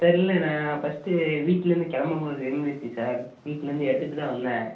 தெரியல்ல நான் ஃபர்ஸ்ட்டு வீட்டுலேருந்து கிளம்பும் போது இருந்துச்சு சார் வீட்டுலேருந்து எடுத்துகிட்டுதான் வந்தேன்